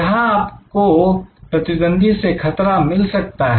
जहां आपको प्रतिद्वंदी से खतरा मिल सकता है